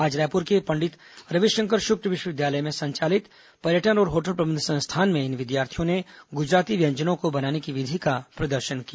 आज रायपुर के पंडित रविशंकर शुक्ल विश्वविद्यालय में संचालित पर्यटन और होटल प्रबंध संस्थान में इन विद्यार्थियों ने गुजराती व्यंजनों को बनाने की विधि का प्रदर्शन किया